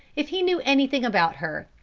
if he knew anything about her.